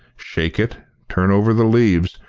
shake it, turn over the leaves,